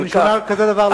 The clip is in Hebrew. אני שומע על כזה דבר לראשונה.